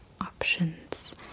options